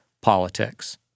politics